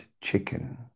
chicken